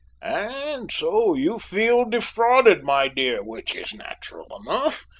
and so you feel defrauded, my dear, which is natural enough,